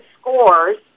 scores